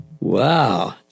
wow